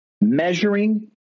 measuring